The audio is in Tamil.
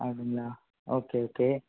அப்படிங்களா ஓகே ஓகே